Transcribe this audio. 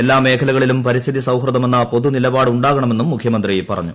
എല്ലാ മേഖലകളിലും പരിസ്ഥിതി സൌഹൃദമെന്ന പൊതു നിലപാട് ഉണ്ടാകണമെന്നും മുഖ്യമന്ത്രി പറഞ്ഞു